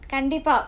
கண்டிப்பா:kandippaa